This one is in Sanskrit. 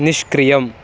निष्क्रियम्